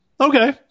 okay